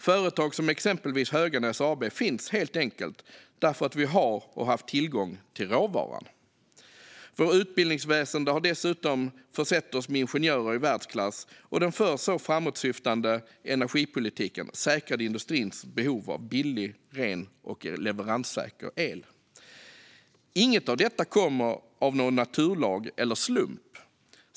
Företag som Höganäs AB finns helt enkelt därför att vi har och har haft tillgång till råvaran. Vårt utbildningsväsen har dessutom försett oss med ingenjörer i världsklass, och den förr så framåtsyftande energipolitiken säkrade industrins behov av billig, ren och leveranssäker el. Inget av detta kommer av någon naturlag eller av en slump.